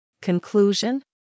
Conclusion